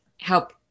help